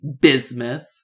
Bismuth